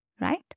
right